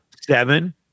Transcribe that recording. Seven